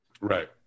right